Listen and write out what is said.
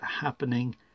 happening